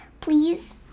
Please